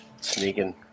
sneaking